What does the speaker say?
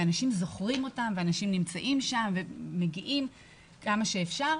ואנשים זוכרים אותם ונמצאים שם ומגיעים כמה שאפשר.